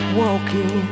walking